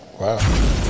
Wow